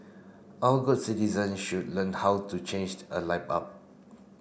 all good citizen should learn how to change a light bulb